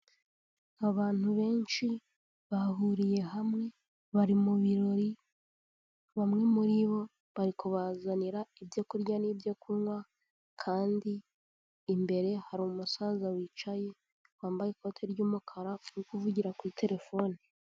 Abantu benshi bahuriye hamwe bari mu birori, bamwe muri bo bari kubazanira ibyo kurya n'ibyo kunywa kandi imbere hari umusaza wicaye wambaye ikoti ry'umukara uri kuvugira kuri telefone.